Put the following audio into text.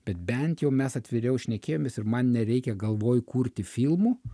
bet bent jau mes atviriau šnekėjomės ir man nereikia galvoj kurti filmų